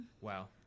Wow